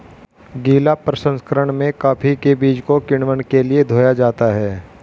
गीला प्रसंकरण में कॉफी के बीज को किण्वन के लिए धोया जाता है